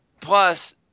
Plus